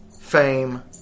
fame